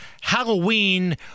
Halloween